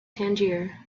tangier